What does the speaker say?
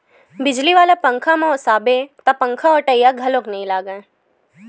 बिजली वाला पंखाम ओसाबे त पंखाओटइया घलोक नइ लागय